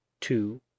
two